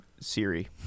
Siri